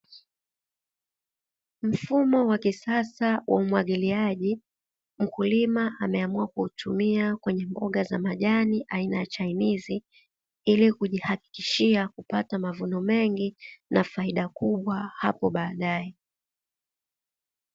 Mfumo wa kisasa wa umwagiliaji, mkulima ameamua kuutumia kwenye mboga za majani aina ya chainizi ili kujihakikishia kupata mavuno mengi na faida kubwa hapo baadae.